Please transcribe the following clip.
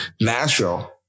Nashville